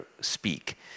speak